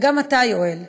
וגם אתה, יואל,